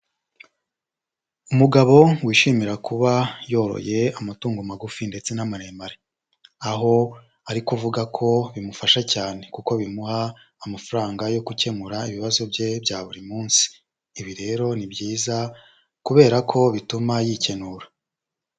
Umugabo wishimira kuba yoroye amatungo magufi ndetse n'amaremare. Aho ari kuvuga ko bimufasha cyane kuko bimuha amafaranga yo gukemura ibibazo bye bya buri munsi. Ibi rero ni byiza kubera ko bituma yikenura.